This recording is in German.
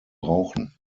brauchen